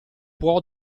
può